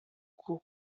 cours